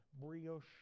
brioche